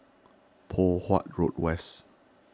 Poh Huat Road West